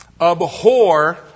Abhor